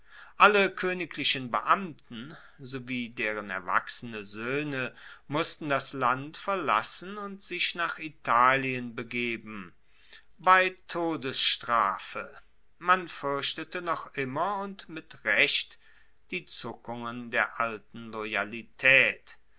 alle koeniglichen beamten sowie deren erwachsene soehne mussten das land verlassen und sich nach italien begeben bei todesstrafe man fuerchtete noch immer und mit recht die zuckungen der alten loyalitaet